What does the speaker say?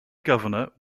governor